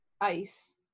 ice